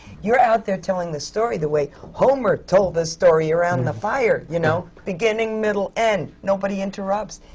you're out there telling the story the way homer told the story around the fire, you know? beginning, middle, end, nobody interrupts!